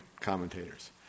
commentators